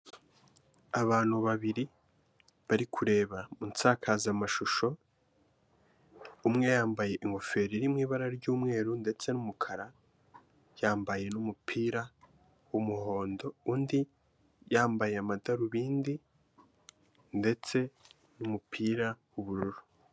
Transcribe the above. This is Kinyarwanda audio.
Abantu babiri bari kureba mu nsakazamashusho, umwe yambaye ingofero iri mu ibara ry'umweru ndetse n'umukara, yambaye n'umupira w'umuhondo, undi yambaye amadarubindi ndetse n'umupira w'ubururu.